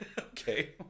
Okay